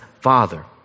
father